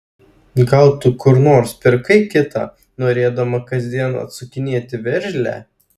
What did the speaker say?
gal tu kur nors pirkai kitą norėdama kasdien atsukinėti veržlę